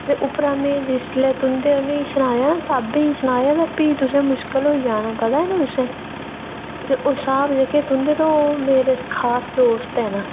ते जिसलै में तुं'दे उ'नें गी सनाया ना स्हाबैं तुं'दे गी ते भी तुसें गी मुश्कल होई जाना पता निं तुसें गी ते साह्ब जेह्के तुं'दे तां ओह् मेरे खास दोस्त न